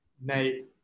Nate